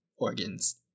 organs